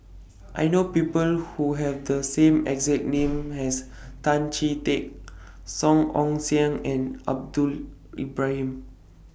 I know People Who Have The same exact name as Tan Chee Teck Song Ong Siang and Ibrahim